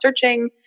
searching